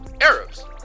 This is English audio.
Arabs